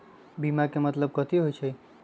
बीमा के मतलब कथी होई छई?